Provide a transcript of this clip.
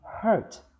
hurt